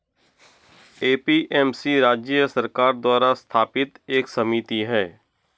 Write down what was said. APMC राज्य सरकार द्वारा स्थापित एक समिति है